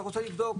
אתה רוצה לבדוק,